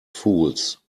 fools